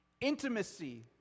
intimacy